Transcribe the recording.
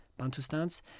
Bantustans